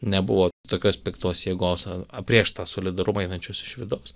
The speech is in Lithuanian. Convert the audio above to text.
nebuvo tokios piktos jėgos aprėžt tą solidarumą einančius iš vidaus